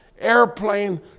airplane